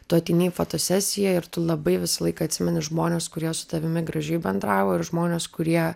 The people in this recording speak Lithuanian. tu ateini į fotosesiją ir tu labai visą laiką atsimeni žmones kurie su tavimi gražiai bendravo ir žmones kurie